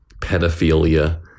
pedophilia